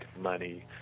money